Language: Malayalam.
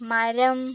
മരം